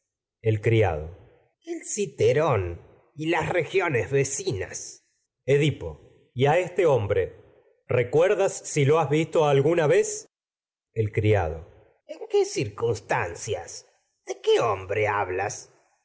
el criado el citerón y las regiones vecinas edipo y a este hombre recuerdas si lo has visto alguna vez el criado en qué circunstancias de qué hom bre hablas